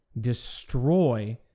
Destroy